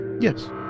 Yes